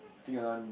I think around